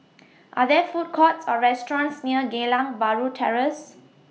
Are There Food Courts Or restaurants near Geylang Bahru Terrace